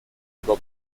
über